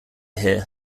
here